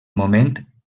moment